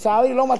לצערי לא מצאתי.